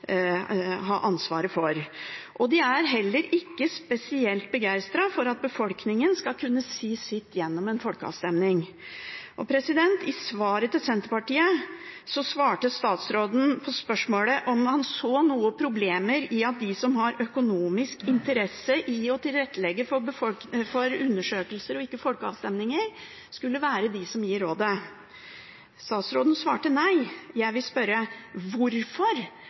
kunne si sitt gjennom en folkeavstemning. På spørsmålet fra Senterpartiet om statsråden så noen problemer med at de som har økonomisk interesse av å tilrettelegge for undersøkelser og ikke folkeavstemninger, skal være de som gir rådet, svarte statsråden nei. Jeg vil spørre: Hvorfor,